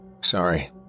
Sorry